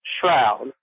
shroud